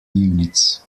units